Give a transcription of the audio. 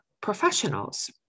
professionals